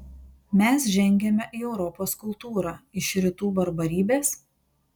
mes žengiame į europos kultūrą iš rytų barbarybės